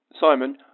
Simon